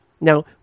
Now